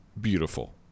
beautiful